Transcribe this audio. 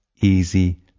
easy